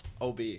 OB